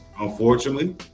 unfortunately